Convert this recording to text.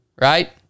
right